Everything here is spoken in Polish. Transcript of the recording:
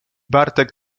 bartek